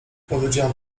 powiedziałem